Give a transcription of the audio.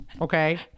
okay